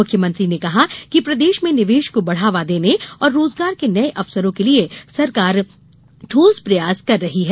मुख्यमंत्री ने कहा कि प्रदेश में निवेश को बढ़ावा देने और रोजगार के नये अवसरों के लिये सरकार ठोस प्रयास कर रही है